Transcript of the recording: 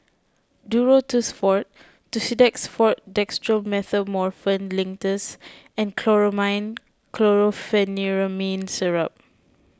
Duro Tuss Forte Tussidex forte Dextromethorphan Linctus and Chlormine Chlorpheniramine Syrup